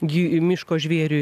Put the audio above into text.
gi miško žvėriui